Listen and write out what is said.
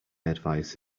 advice